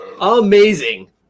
Amazing